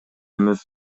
эмес